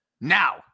Now